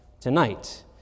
tonight